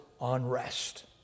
unrest